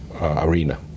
arena